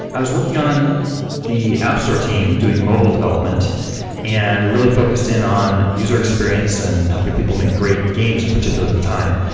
i was working on the app store team doing mobile development and really focused in on user experience and helping people make great games in particular at the time.